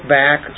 back